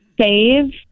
save